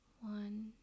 One